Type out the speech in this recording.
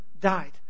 died